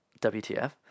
WTF